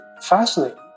fascinating